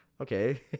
okay